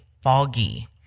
foggy